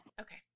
Okay